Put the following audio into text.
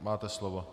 Máte slovo.